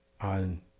on